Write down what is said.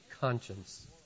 conscience